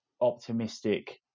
optimistic